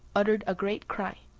uttered a great cry,